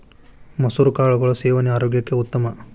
ಮಸುರ ಕಾಳುಗಳ ಸೇವನೆ ಆರೋಗ್ಯಕ್ಕೆ ಉತ್ತಮ